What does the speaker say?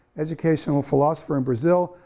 educational philosopher in brazil,